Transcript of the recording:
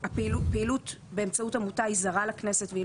שפעילות באמצעות עמותה היא זרה לכנסת והיא